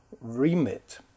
remit